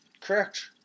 Correct